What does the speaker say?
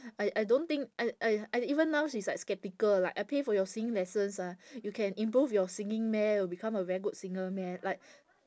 I I don't think I I I even now she's like skeptical like I pay for your singing lessons ah you can improve your singing meh you can become a very good singer meh like